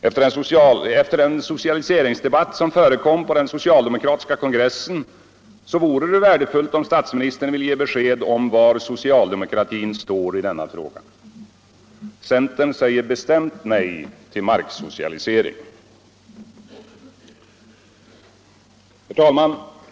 Efter den socialiseringsdebatt som förekom på den socialdemokratiska kongressen vorde det värdefullt om statsministern ville ge besked om var socialdemokratin står i denna fråga. Centern säger bestämt nej till marksocialisering. Herr talman!